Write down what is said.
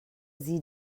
sie